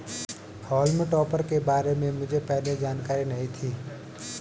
हॉल्म topper के बारे में मुझे पहले जानकारी नहीं थी